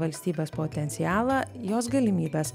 valstybės potencialą jos galimybes